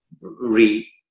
re